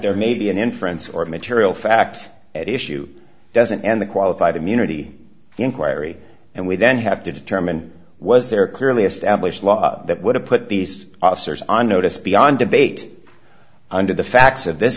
there may be an inference or a material fact at issue doesn't end the qualified immunity inquiry and we then have to determine was there a clearly established law that would have put these officers on notice beyond debate under the facts of this